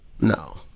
no